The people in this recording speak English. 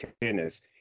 tennis